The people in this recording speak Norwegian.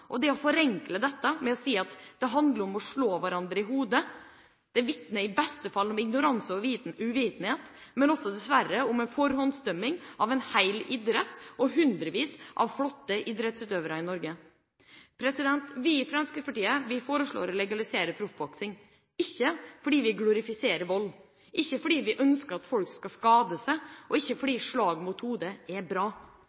Det å forenkle dette med å si at det handler om å slå hverandre i hodet, vitner i beste fall om ignoranse, uvitenhet, men også dessverre om en forhåndsdømming av en hel idrett og hundrevis av flotte idrettsutøvere i Norge. Vi i Fremskrittspartiet foreslår å legalisere proffboksing – ikke fordi vi glorifiserer vold, ikke fordi vi ønsker at folk skal skade seg, og ikke fordi